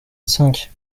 cinq